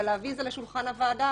אבל להביא את זה לשולחן הוועדה,